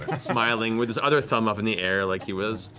and smiling with his other thumb up in the air like he was.